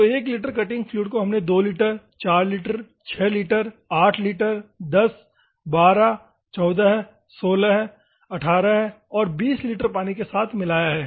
तो एक litre cutting fluid को हमने 2 लीटर 4 लीटर 6 लीटर 8 लीटर 10 12 14 16 18 और 20 लीटर पानी के साथ मिलाया है